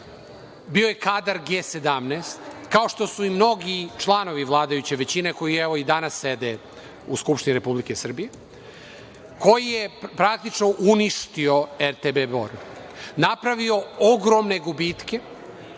bio je kadar G17, kao što su i mnogi članovi vladajuće većine koji evo i danas sede u Skupštini Republike Srbije, koji je praktično uništio RTB Bor. Napravio ogromne gubitke,